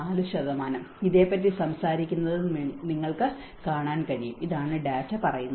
4 ഇതേപ്പറ്റി സംസാരിക്കുന്നതും നിങ്ങൾക്ക് കാണാൻ കഴിയും ഇതാണ് ഡാറ്റ പറയുന്നത്